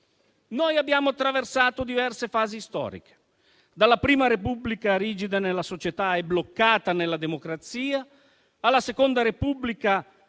Abbiamo attraversato diverse fasi storiche: dalla Prima Repubblica, rigida nella società e bloccata nella democrazia, alla Seconda Repubblica,